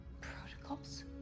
Protocols